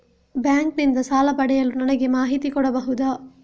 Bank ನಿಂದ ಸಾಲ ಪಡೆಯಲು ನನಗೆ ಮಾಹಿತಿ ಕೊಡಬಹುದ?